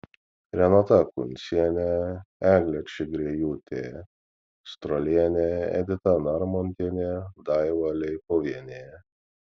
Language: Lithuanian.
renata kuncienė eglė čigriejūtė strolienė edita narmontienė daiva leipuvienė